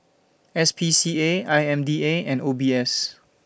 S P C A I M D A and O B S